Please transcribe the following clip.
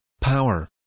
power